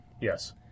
Yes